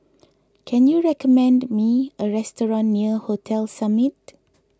can you recommend me a restaurant near Hotel Summit